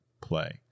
play